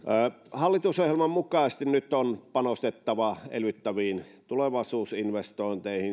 hallitusohjelman mukaisesti nyt on panostettava elvyttäviin tulevaisuusinvestointeihin